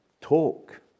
Talk